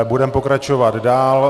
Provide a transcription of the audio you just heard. Budeme pokračovat dál.